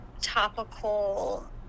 topical